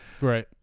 right